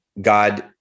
God